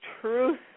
truth